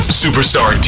superstar